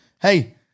Hey